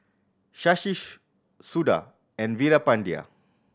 Shashi Suda and Veerapandiya